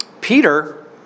Peter